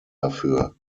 dafür